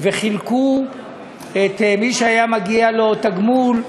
וחילקו את מי שהגיע להם תגמול,